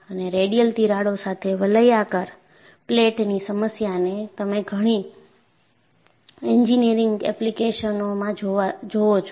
અને રેડિયલ તિરાડો સાથે વલયાકાર પ્લેટની સમસ્યાને તમે ઘણી એન્જીનીયરીંગ એપ્લિકેશનોમાં જોવો છો